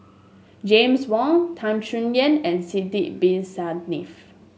James Wong Tan Chay Yan and Sidek Bin Saniff